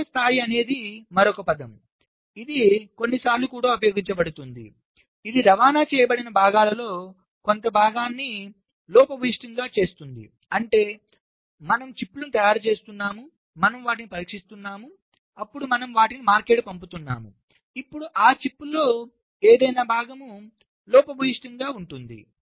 లోపం స్థాయి అనేది మరొక పదం ఇది కొన్నిసార్లు కూడా ఉపయోగించబడుతుంది ఇది రవాణా చేయబడిన భాగాలలో కొంత భాగాన్ని లోపభూయిష్టంగా చెబుతుందిఅంటే మనము చిప్లను తయారు చేస్తున్నాము మనము వాటిని పరీక్షిస్తున్నాము అప్పుడు మనము వాటిని మార్కెట్కు పంపుతున్నాము ఇప్పుడు ఆ చిప్లలో ఏ భాగం లోపభూయిష్టంగా ఉంటుంది